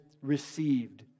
received